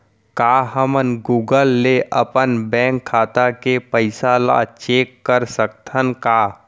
का हमन गूगल ले अपन बैंक खाता के पइसा ला चेक कर सकथन का?